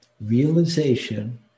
Realization